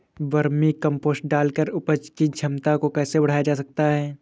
Vermi compost डालकर उपज की क्षमता को कैसे बढ़ाया जा सकता है?